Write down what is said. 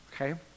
okay